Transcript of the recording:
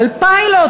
על פיילוט,